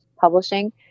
Publishing